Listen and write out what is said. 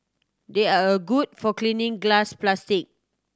they are a good for cleaning glass plastic